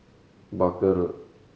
Barker Road